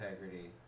integrity